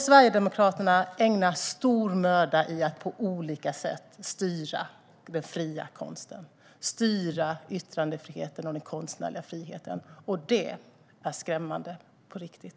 Sverigedemokraterna ägnar stor möda åt att på olika sätt styra och befria konsten. Man vill styra yttrandefriheten och den konstnärliga friheten. Det är skrämmande på riktigt.